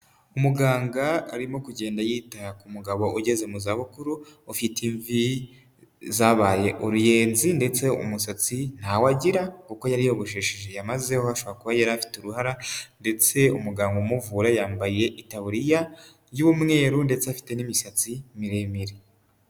Umuganga arimo kugenda yita ku mugabo ugeze mu za bukuru ufite imvi zabaye uruyenzi ndetse umusatsi ntawo agira kuko yariyogoshesheje yamazeho ashobora kuba yari afite uruhara ndetse umuganga umuvura yambaye itaburiya y'umweru ndetse afite n'imisatsi miremire.